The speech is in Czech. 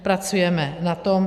Pracujeme na tom.